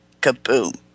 Kaboom